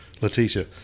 Letitia